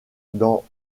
dans